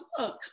look